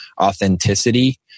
authenticity